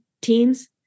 teams